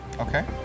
Okay